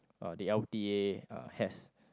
uh the L_t_A has